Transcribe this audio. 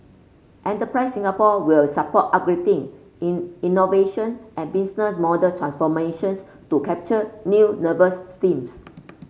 enterprise Singapore will support upgrading in innovation and business model transformations to capture new nervous steams